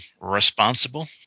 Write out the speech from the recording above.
responsible